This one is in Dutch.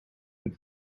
het